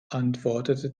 antwortete